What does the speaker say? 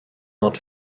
not